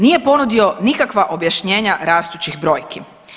Nije ponudio nikakva objašnjenja rastućih brojki.